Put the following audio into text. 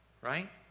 Right